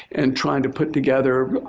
and trying to put together